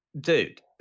Dude